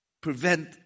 prevent